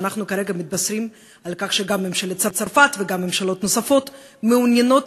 ואנחנו כרגע מתבשרים על כך שגם ממשלת צרפת וגם ממשלות נוספות מעוניינות